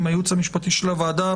עם הייעוץ המשפטי של הוועדה,